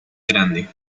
grande